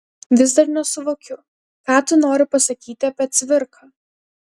vis dar nesusivokiu ką tu nori pasakyti apie cvirką